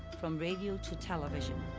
from radio to tevision.